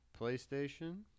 PlayStation